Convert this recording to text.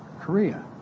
Korea